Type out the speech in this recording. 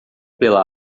pela